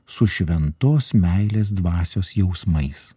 su šventos meilės dvasios jausmais